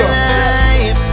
life